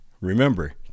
Remember